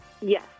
Yes